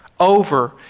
Over